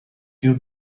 few